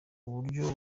uburyo